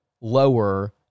lower